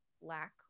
lack